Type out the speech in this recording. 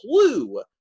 clue